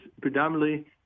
predominantly